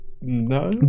No